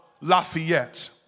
Lafayette